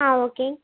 ஆ okay